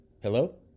Hello